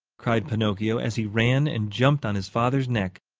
cried pinocchio, as he ran and jumped on his father's neck.